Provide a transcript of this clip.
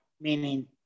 meaning